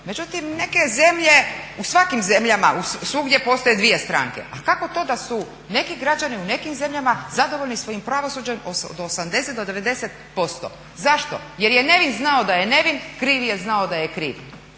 Međutim, neke zemlje u svakim zemljama, svugdje postoje dvije stranke. Ali kako to da su neki građani u nekim zemljama zadovoljni svojim pravosuđem od 80 do 90%. Zašto? Jer je nevin znao da je nevin, kriv je znao da je kriv